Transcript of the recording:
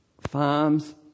farms